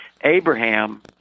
Abraham